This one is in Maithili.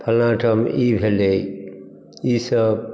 फल्लाँ ठाम ई भेलै ईसभ